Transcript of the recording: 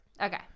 okay